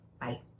Bye